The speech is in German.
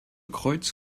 kreuz